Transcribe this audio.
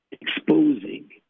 exposing